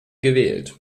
gewählt